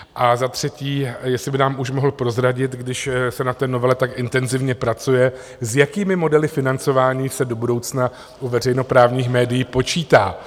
A za třetí, jestli by nám už mohl prozradit, když se na té novele tak intenzivně pracuje, s jakými modely financování se do budoucna u veřejnoprávních médií počítá?